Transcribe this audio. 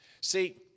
See